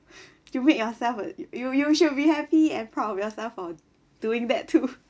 you make yourself [what] y~ you should be happy and proud of yourself for doing that too